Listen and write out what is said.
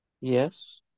Yes